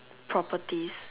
properties